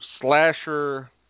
slasher